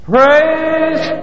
Praise